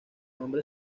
cumbre